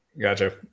Gotcha